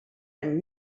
and